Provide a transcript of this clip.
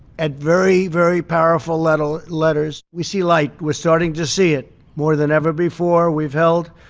at very, very powerful letl letters. we see light. we're starting to see it more than ever before. we've held